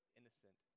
innocent